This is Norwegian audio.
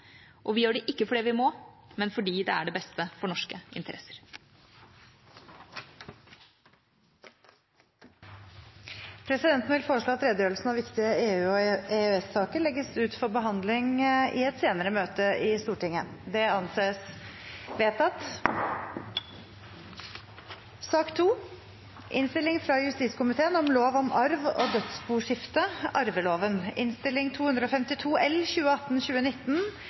Vi gjør det ikke fordi vi må, men fordi det er det beste for norske interesser. Presidenten vil foreslå at redegjørelsen om viktige EU- og EØS-saker legges ut for behandling i et senere møte i Stortinget. – Det anses vedtatt. Etter ønske fra justiskomiteen vil presidenten foreslå at taletiden blir begrenset til 5 minutter til hver partigruppe og